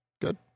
Good